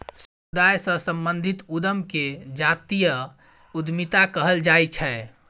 समुदाय सँ संबंधित उद्यम केँ जातीय उद्यमिता कहल जाइ छै